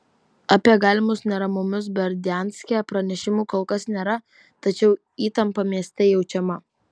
apie galimus neramumus berdianske pranešimų kol kas nėra tačiau įtampa mieste jaučiama